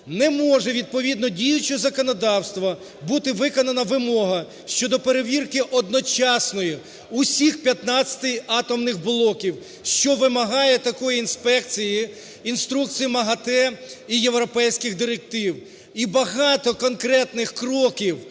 не може, відповідно діючого законодавства, бути виконана вимога щодо перевірки одночасно усіх 15 атомних блоків, що вимагає такої інспекції інструкції МАГАТЕ і європейських директив. І багато конкретних кроків